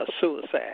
suicide